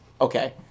Okay